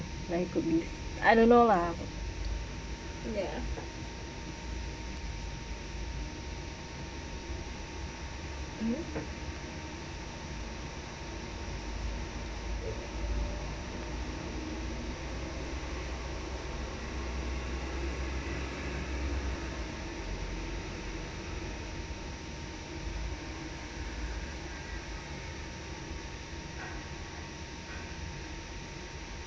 like or believe I don't know lah